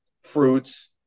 fruits